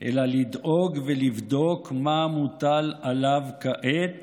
אלא לדאוג ולבדוק מה מוטל עליו כעת